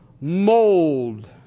mold